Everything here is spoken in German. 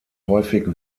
häufig